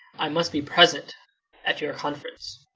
i must be present at your conference.